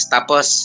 Tapos